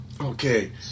okay